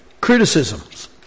Criticisms